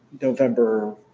November